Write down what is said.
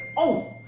oh,